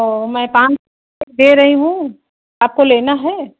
اوہ میں پانچ دے رہی ہوں آپ کو لینا ہے